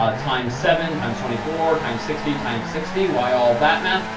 ah times seven times twenty four times sixty times sixty. why all that math?